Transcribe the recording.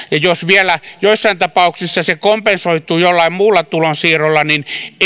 jos vielä joissain tapauksissa se kompensoituu jollain muulla tulonsiirrolla niin